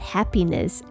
Happiness